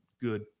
good